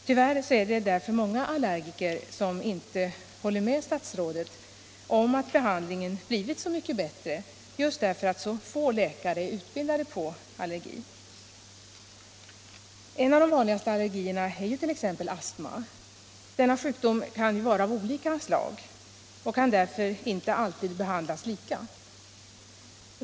Tyvärr är det många allergiker som inte håller med statsrådet om att behandlingen blivit så mycket bättre just därför att så få läkare är utbildade inom allergin. En av de vanligaste allergierna är astma. Denna sjukdom kan vara av olika slag och kan därför inte alltid behandlas lika.